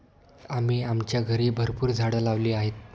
आम्ही आमच्या घरी भरपूर झाडं लावली आहेत